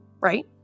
Right